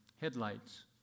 headlights